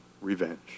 revenge